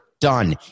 Done